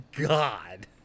God